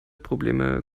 probleme